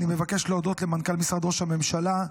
אני מבקש להודות למנכ"ל משרד ראש הממשלה,